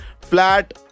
Flat